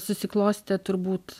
susiklostė turbūt